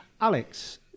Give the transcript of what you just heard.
Alex